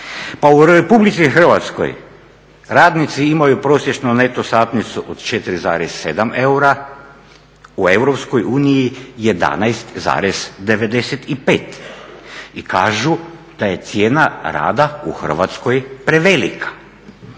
Pa u RH radnici imaju prosječnu neto satnicu od 4,7 eura, u EU 11,95. I kažu da je cijena rada u Hrvatskoj prevelika.